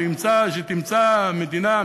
שתמצא המדינה,